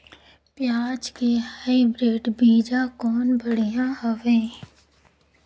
पियाज के हाईब्रिड बीजा कौन बढ़िया हवय?